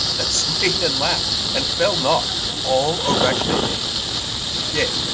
that swayed and laughed and fell not all a wreck they made yea,